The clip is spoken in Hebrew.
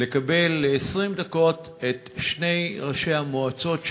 לקבל ל-20 דקות את שני ראשי המועצות שם,